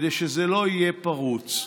כדי שזה לא יהיה פרוץ.